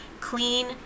clean